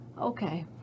okay